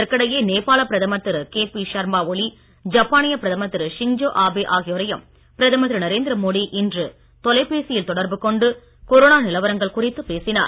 இதற்கிடையே நேபாள பிரதமதர் திரு கேபி சர்மா ஒலி ஜப்பானிய பிரதமர் திரு ஷிங்ஜோ ஆபே ஆகியோரையும் பிரதமர் திரு நரேந்திர மோடி இன்று தொலைபேசியில் தொடர்பு கொண்டு கொரோனா நிலவரங்கள் குறித்து பேசினார்